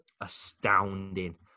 astounding